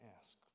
ask